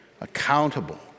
accountable